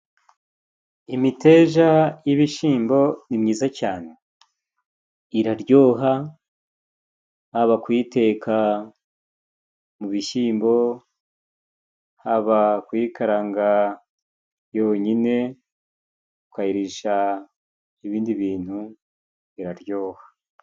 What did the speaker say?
Imiteja y'ibishimbo ni myiza cane. Iraryoha, haba kuyiteka mu bishimbo, haba kuyikaranga yonyine ukayirisha ibindi bintu iraryoha.